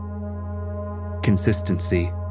Consistency